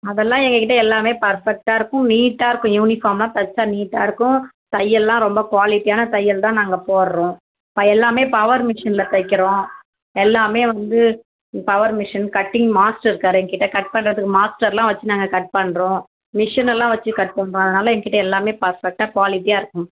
அதெல்லாம் எங்கக்கிட்டே எல்லாமே பர்ஃபெக்ட்டாக இருக்கும் நீட்டாக இருக்கும் யூனிஃபார்ம்லாம் தைச்சா நீட்டாக இருக்கும் தையல்லாம் ரொம்ப குவாலிட்டியான தையல் தான் நாங்கள் போடுறோம் ப எல்லாமே பவர் மிஷினில் தைக்கிறோம் எல்லாமே வந்து பவர் மிஷின் கட்டிங் மாஸ்டர் இருக்காரு எங்கக்கிட்டே கட் பண்ணுறதுக்கு மாஸ்டர்லாம் வெச்சு நாங்கள் கட் பண்ணுறோம் மிஷினெல்லாம் வெச்சு கட் பண்ணுறோம் அதனால் எங்கக்கிட்டே எல்லாமே பர்ஃபெக்ட்டாக குவாலிட்டியாக இருக்கும்